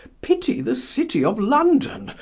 pitty the citie of london,